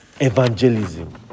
Evangelism